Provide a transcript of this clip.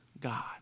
God